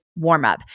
warmup